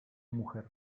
mujer